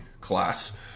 class